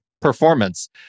performance